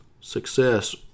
success